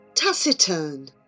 Taciturn